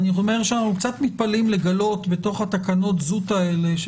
אנחנו קצת מתפלאים לגלות בתוך תקנות הזוטא האלה,